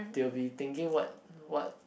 they will be thinking what what